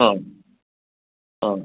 ആ